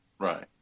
Right